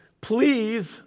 Please